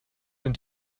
den